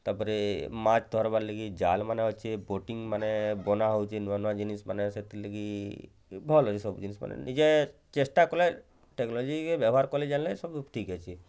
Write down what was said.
ତା'ପରେ ମାଛ୍ ଧରବାର୍ ଲାଗି ଜାଲ୍ ମାନେ ଅଛେ ବୋଟିଙ୍ଗ ମାନେ ବନା ହେଉଛି ନୂଆ ନୂଆ ଜିନିଷ୍ ମାନେ ସେଥିଲାଗି ଭଲ୍ ହେସି ସବୁ ଜିନିଷ୍ ମାନେ ନିଜେ ଚେଷ୍ଟା କଲେ ଟେକ୍ନୋଲୋଜି କେ ବ୍ୟବହାର୍ କରିଜାନଲେ ସବୁ ଠିକ୍ ଅଛେ